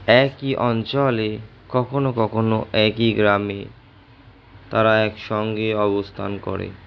একই অঞ্চলে কখনো কখনো একই গ্রামে তারা এক সঙ্গে অবস্থান করে